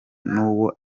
n’uwo